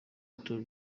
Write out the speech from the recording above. bitaro